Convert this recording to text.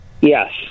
Yes